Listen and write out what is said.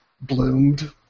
bloomed